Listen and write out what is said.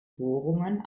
bohrungen